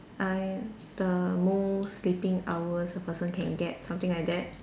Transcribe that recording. I the most sleeping hours a person can get something like that